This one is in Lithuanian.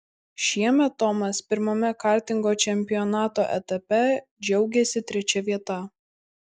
šiemet tomas pirmame kartingo čempionato etape džiaugėsi trečia vieta